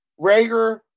Rager